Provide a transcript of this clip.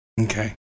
Okay